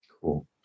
Cool